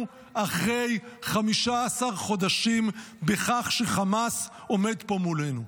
אחרי 15 חודשים בכך שחמאס עומד פה מולנו?